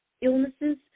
illnesses